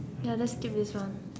ya let's skip this one